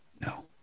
No